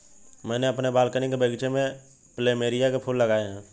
मैंने अपने बालकनी के बगीचे में प्लमेरिया के फूल लगाए हैं